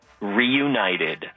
Reunited